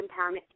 empowerment